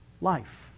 life